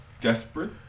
desperate